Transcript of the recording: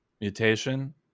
mutation